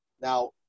Now